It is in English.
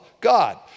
God